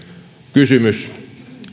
kysymys